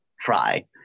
try